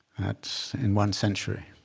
that's in one century.